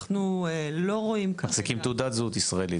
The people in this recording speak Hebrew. אנחנו לא רואים כאן --- מחזיקים תעודת זהות ישראלית,